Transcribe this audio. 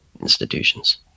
institutions